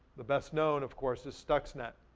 the best known, of course, stuxnet,